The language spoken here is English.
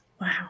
Wow